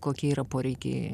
kokie yra poreikiai